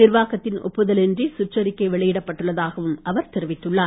நிர்வாகத்தின் ஒப்புதல் இன்றி சுற்றறிக்கை வெளியிடப்பட்டுள்ளதாகவும் அவர் தெரிவித்துள்ளார்